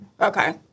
Okay